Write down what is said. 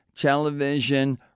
television